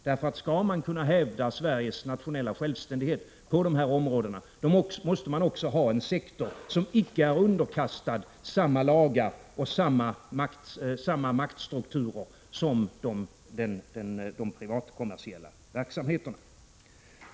Om man skall kunna hävda Sveriges nationella självständighet på dessa områden måste man också ha en sektor som inte är underkastad samma lagar och samma maktstrukturer som de privatkommersiella verksamheterna.